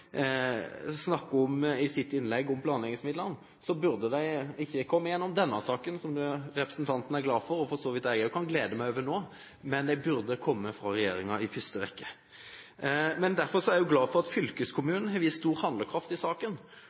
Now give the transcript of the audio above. ikke ha kommet gjennom denne saken – som representanten er glad for, og jeg også kan for så vidt glede meg over det nå – men det burde ha kommet fra regjeringen i første rekke. Derfor er jeg glad for at fylkeskommunen har vist stor handlekraft i saken,